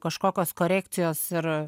kažkokios korekcijos ir